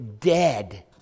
dead